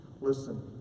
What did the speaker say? listen